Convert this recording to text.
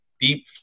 deep